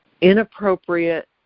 inappropriate